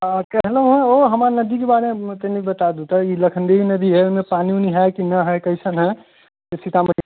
हँ कहलहुँ हेँ ओ हमरा नदीके बारेमे तनि बता दू तऽ ई लखनदेहि नदी हइ ओहिमे पानी हइ कि नहि हइ कैसन हइ ई सीतामढ़ी